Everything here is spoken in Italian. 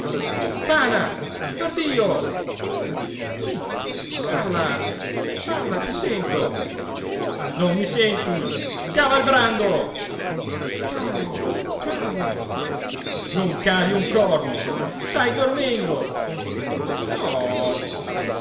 fana perdio sì parla parla ti sento non mi senti cava il brando cavo cavo non cavi un corno stai dormendo no